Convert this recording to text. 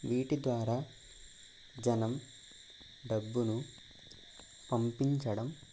వీటి ద్వారా జనం డబ్బును పంపించడం